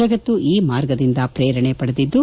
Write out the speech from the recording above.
ಜಗತ್ತು ಈ ಮಾರ್ಗದಿಂದ ಪ್ರೇರಣೆ ಪಡೆದಿದ್ದು